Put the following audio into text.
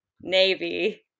Navy